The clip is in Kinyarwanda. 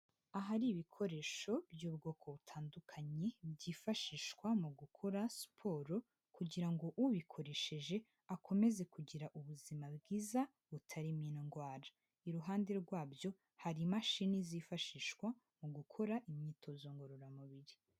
Ahari ibikoresho by'ubwoko butandukanye, byifashishwa mu gukora siporo kugira ngo ubikoresheje akomeze kugira ubuzima bwiza, butarimo indwara. Iruhande rwabyo, hari imashini zifashishwa mu gukora imyitozo ngororamubiri.